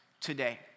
today